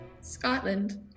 Scotland